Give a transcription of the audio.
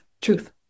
truth